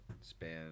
span